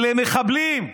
אלה מחבלים.